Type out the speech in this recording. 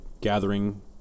gathering